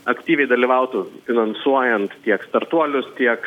aktyviai dalyvautų finansuojant tiek startuolius tiek